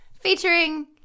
featuring